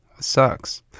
Sucks